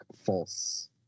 false